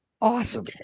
Awesome